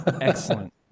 Excellent